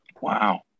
wow